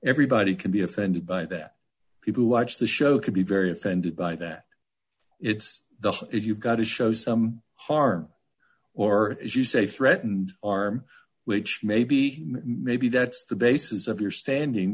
everybody can be offended by that people who watch the show could be very offended by that it's the if you've got to show some harm or as you say threatened arm which maybe maybe that's the basis of your standing